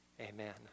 amen